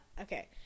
okay